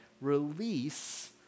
release